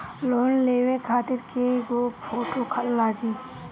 Loan लेवे खातिर कै गो फोटो लागी?